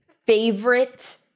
Favorite